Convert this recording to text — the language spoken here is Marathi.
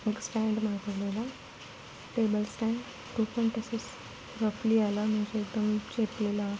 एक स्टँड मागवलेला टेबल स्टँड तो पण तसेच रफली आला म्हणजे एकदम चेपलेला